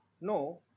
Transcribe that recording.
No